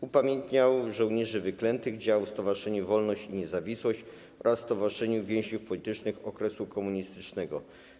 Upamiętniał żołnierzy wyklętych, działał w Stowarzyszeniu Wolność i Niezawisłość oraz w stowarzyszeniu więźniów politycznych okresu komunistycznego.